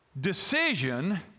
decision